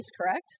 correct